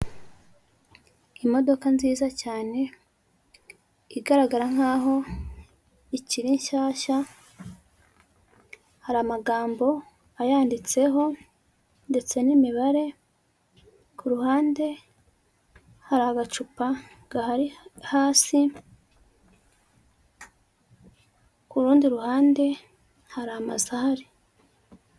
Imodoka nziza cyane, igaragara nk'aho ikiri nshyashya, hari amagambo ayanditseho ndetse n'imibare, ku ruhande hari agacupa hasi, ku rundi ruhande hari amazu ahari.